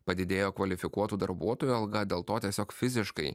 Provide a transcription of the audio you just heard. padidėjo kvalifikuotų darbuotojų alga dėl to tiesiog fiziškai